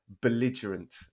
belligerent